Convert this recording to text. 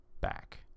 back